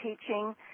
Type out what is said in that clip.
teaching